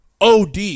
od